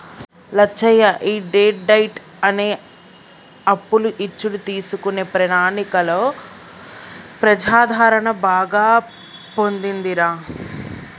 లచ్చయ్య ఈ debt diet అనే అప్పులు ఇచ్చుడు తీసుకునే ప్రణాళికలో ప్రజాదరణ బాగా పొందిందిరా